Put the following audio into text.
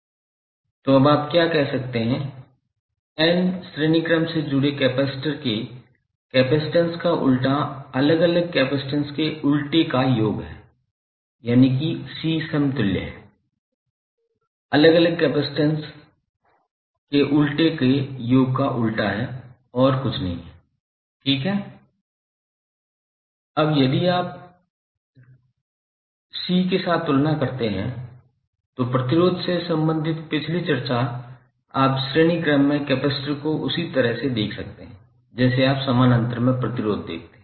तो अब आप क्या कह सकते हैं n श्रेणी क्रम से जुड़े कैपेसिटर के कैपेसिटेंस का उल्टा अलग अलग कैपेसिटेंस के उल्टे का योग है यानिकि C समतुल्य है अलग अलग कैपेसिटेंस के उल्टे का योग का उल्टा है और कुछ नहीं है ठीक है अब यदि आप के साथ तुलना करते हैं तो प्रतिरोध से संबंधित पिछली चर्चा आप श्रेणी क्रम में कैपेसिटर को उसी तरह से देख सकते हैं जैसे आप समानांतर में प्रतिरोध देखते हैं